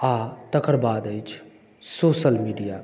आ तकर बाद अछि सोशल मीडिया